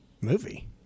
movie